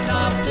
Top